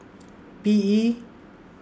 P E